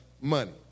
money